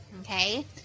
Okay